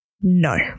No